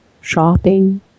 shopping